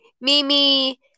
Mimi